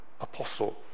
apostle